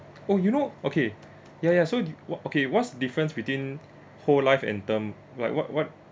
oh you know okay ya ya so what okay what's difference between whole life and term like what what